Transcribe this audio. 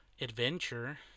adventure